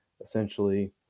essentially